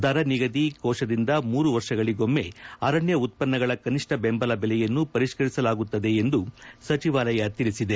ದರ ನಿಗದಿ ಕೋಶದಿಂದ ಮೂರು ವರ್ಷಗಳಿಗೊಮ್ಮೆ ಅರಣ್ಯ ಉತ್ಪನ್ನಗಳ ಕನಿಷ್ಠ ಬೆಂಬಲ ಬೆಲೆಯನ್ನು ಪರಿಷ್ಕರಿಸಲಾಗುತ್ತದೆ ಎಂದು ಸಚಿವಾಲಯ ತಿಳಿಸಿದೆ